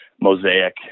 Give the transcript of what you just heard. mosaic